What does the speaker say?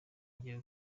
agiye